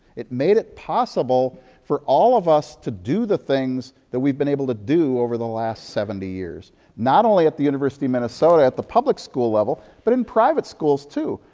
it made it possible for all of us to do the things that we've been able to do over the last seventy years, not only at the university of minnesota at the public school level, but in private schools, too.